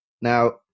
Now